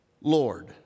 Lord